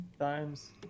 times